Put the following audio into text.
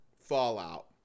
fallout